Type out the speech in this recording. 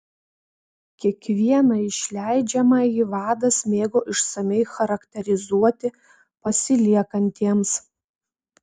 kiekvieną išleidžiamąjį vadas mėgo išsamiai charakterizuoti pasiliekantiems